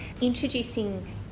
introducing